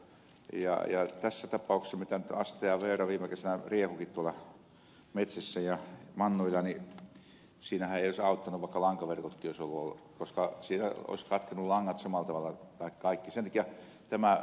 mutta näissä tapauksissa kun asta ja veera viime kesänä riehuivat tuolla metsissä ja mannuilla niin siinähän ei olisi auttanut vaikka lankaverkotkin olisivat olleet koska siinä olisivat katkenneet kaikki langat samalla tavalla